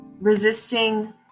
resisting